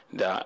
da